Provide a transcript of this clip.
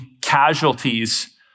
casualties